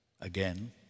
again